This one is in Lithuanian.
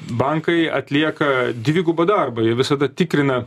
bankai atlieka dvigubą darbą jie visada tikrina